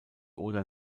oder